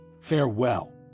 Farewell